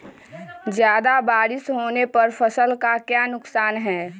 ज्यादा बारिस होने पर फसल का क्या नुकसान है?